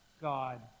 God